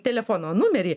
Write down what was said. telefono numerį